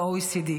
ב-OECD.